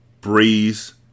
Breeze